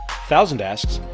thousand asks,